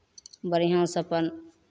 बढ़िआँसँ अपन